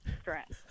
stress